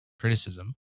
criticism